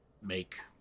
make